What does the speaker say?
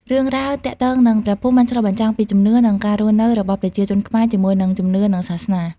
រឿងរ៉ាវទាក់ទងនឹងព្រះភូមិបានឆ្លុះបញ្ចាំងពីជំនឿ និងការរស់នៅរបស់ប្រជាជនខ្មែរជាមួយនឹងជំនឿនិងសាសនា។